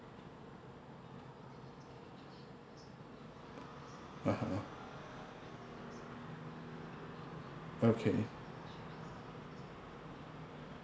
(uh huh) okay